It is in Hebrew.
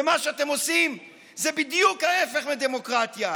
ומה שאתם עושים זה בדיוק ההפך מדמוקרטיה,